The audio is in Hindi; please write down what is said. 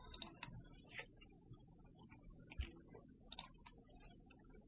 आप जानते हैं ताकि क्या आप इस निष्कर्ष को जानते हैं